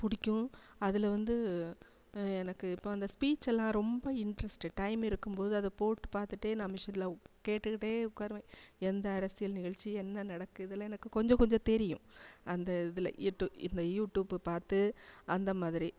பிடிக்கும் அதில் வந்து எனக்கு இப்போ அந்த ஸ்பீச்செல்லாம் ரொம்ப இன்ட்ரஸ்ட்டு டைம் இருக்கும் போது அதை போட்டு பார்த்துட்டே நான் மிஷினில் உக் கேட்டுக்கிட்டே உட்காருவேன் எந்த அரசியல் நிகழ்ச்சி என்ன நடக்குது இதெலாம் எனக்கு கொஞ்சம் கொஞ்சம் தெரியும் அந்த இதில் யூட்டு இந்த யூடூப்பை பார்த்து அந்தமாதிரி